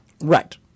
Right